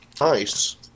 Nice